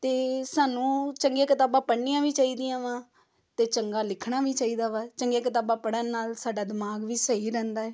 ਅਤੇ ਸਾਨੂੰ ਚੰਗੀਆਂ ਕਿਤਾਬਾਂ ਪੜ੍ਹਨੀਆਂ ਵੀ ਚਾਹੀਦੀਆਂ ਵਾ ਅਤੇ ਚੰਗਾ ਲਿਖਣਾ ਵੀ ਚਾਹੀਦਾ ਵਾ ਚੰਗੀਆਂ ਕਿਤਾਬਾਂ ਪੜ੍ਹਨ ਨਾਲ ਸਾਡਾ ਦਿਮਾਗ ਵੀ ਸਹੀ ਰਹਿੰਦਾ ਏ